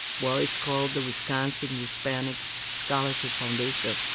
well, it's called the wisconsin hispanic scholarship foundation.